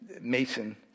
Mason